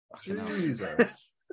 Jesus